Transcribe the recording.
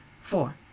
four